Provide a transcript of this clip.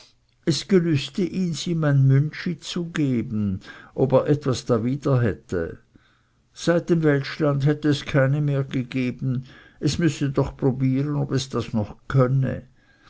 es gelüste ihns ihm ein müntschi zu geben ob er etwas dawider hätte seit dem weltschland hätte es keine mehr gegeben es müsse doch probieren ob es das noch könne